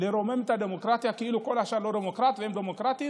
לרומם את הדמוקרטיה כאילו כל השאר לא דמוקרטים והם דמוקרטים